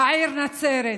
העיר נצרת.